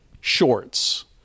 shorts